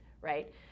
right